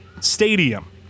Stadium